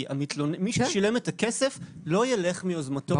כי מי ששילם את הכסף לא ילך מיוזמתו לספר.